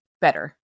better